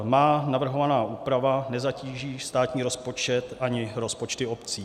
Má navrhovaná úprava nezatíží státní rozpočet ani rozpočty obcí.